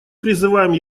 призываем